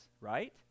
right